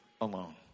alone